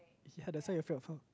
ya that's why you're afraid of her